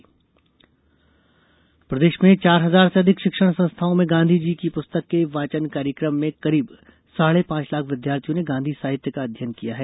साहित्य वाचन प्रदेश में चार हजार से अधिक शिक्षण संस्थाओं में गांधी जी की पुस्तक के वाचन कार्यक्रम में करीब साढ़े पांच लाख विद्यार्थियों ने गांधी साहित्य का अध्ययन किया है